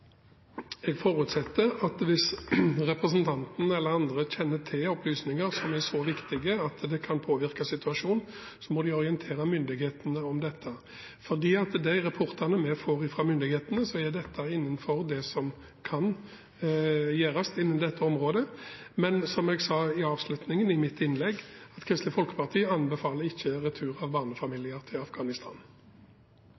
Jeg forutsetter at hvis representanten eller andre har opplysninger som er så viktige at de kan påvirke situasjonen, så må de orientere myndighetene om dette. Ifølge de rapportene vi får fra myndighetene, er dette innenfor det som kan gjøres innen dette området. Men som jeg sa i avslutningen av mitt innlegg: Kristelig Folkeparti anbefaler ikke retur av barnefamilier til Afghanistan.